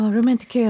Romantic